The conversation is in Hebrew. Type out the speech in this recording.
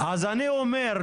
אז אני אומר,